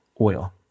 oil